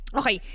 okay